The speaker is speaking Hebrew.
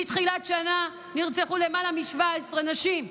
מתחילת השנה נרצחו למעלה מ-17 נשים.